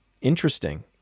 Interesting